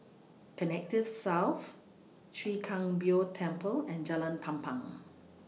Connexis South Chwee Kang Beo Temple and Jalan Tampang